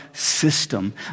System